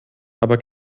aber